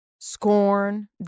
scorn